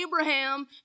Abraham